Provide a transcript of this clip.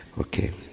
okay